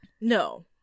No